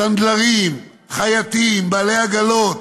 סנדלרים, חייטים, בעלי עגלות